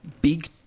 big